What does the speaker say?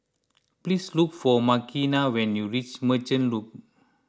please look for Makena when you reach Merchant Loop